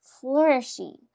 flourishing